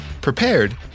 prepared